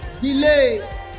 delay